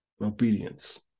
Obedience